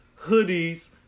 hoodies